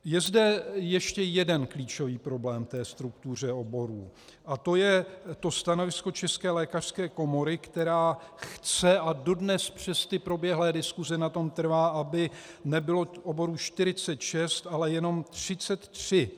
Je zde ještě jeden klíčový problém v té struktuře oborů a to je stanovisko České lékařské komory, která chce a dodnes přes proběhlé diskuse na tom trvá, aby nebylo oborů 46, ale jenom 33.